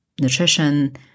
nutrition